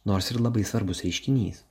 nors ir labai svarbus reiškinys